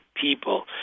people